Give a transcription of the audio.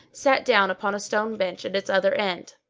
sat down upon a stone bench at its other end.